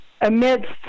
amidst